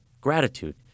gratitude